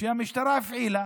שהמשטרה הפעילה